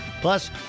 Plus